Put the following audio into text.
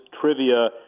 trivia